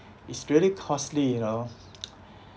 is really costly you know